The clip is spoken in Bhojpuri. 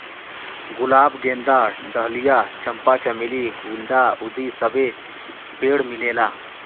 गुलाब गेंदा डहलिया चंपा चमेली गुल्दाउदी सबे पेड़ मिलेला